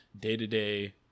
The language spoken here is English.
day-to-day